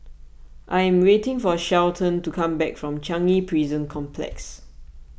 I am waiting for Shelton to come back from Changi Prison Complex